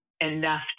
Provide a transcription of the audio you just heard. enough